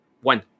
One